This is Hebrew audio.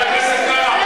חבר הכנסת קרא.